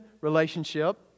relationship